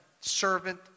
servant